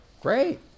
Great